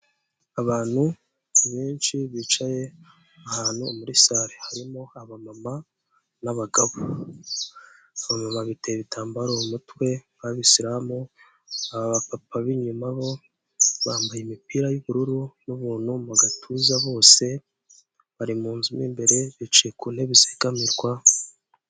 Abantu benshi bicaye ahantu muri sare, harimo abamama n'abagabo. Abamama biteye ibitambaro mu mutwe w'abisiramu, abapapa b'inyuma bo bambaye imipira y'ubururu n'ubuntu mu gatuza bose. Bari mu nzu mo imbere bicaye ku ntebe za rwegamirwa,..